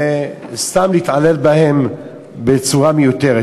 וסתם רוצים להתעלל בהם בצורה מיותרת.